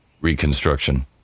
reconstruction